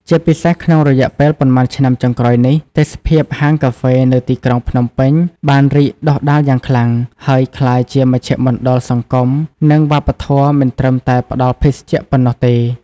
ជាពិសេសក្នុងរយៈប៉ុន្មានឆ្នាំចុងក្រោយនេះ ទេសភាពហាងកាហ្វេនៅទីក្រុងភ្នំពេញបានរីកដុះដាលយ៉ាងខ្លាំង ហើយក្លាយជាមជ្ឈមណ្ឌលសង្គម និងវប្បធម៌មិនត្រឹមតែផ្ដល់ភេសជ្ជៈប៉ុណ្ណោះទេ។